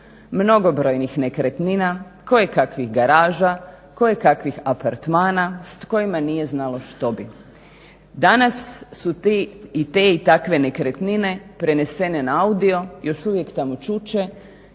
mnogobrojnih nekretnina, kojekakvih garaža, kojekakvih apartmana s kojima nije znalo što bi. Danas su te i takve nekretnine prenesene na audio, još uvijek tamo čuče